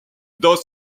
dans